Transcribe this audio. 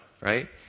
right